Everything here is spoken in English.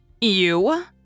You